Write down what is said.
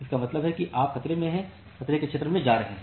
इसका मतलब है आप खतरे के क्षेत्र में जा रहे हैं